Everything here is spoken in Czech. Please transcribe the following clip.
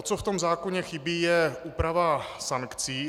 Co v zákoně chybí, je úprava sankcí.